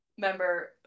member